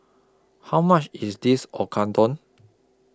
How much IS This Okodon